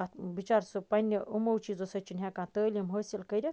اتھ بِچار سُہ پَننہِ یِمو چیٖزو سۭتۍ چھنہٕ ہیٚکان تعلیٖم حٲصل کٔرِتھ